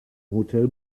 hotel